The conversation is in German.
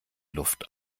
luft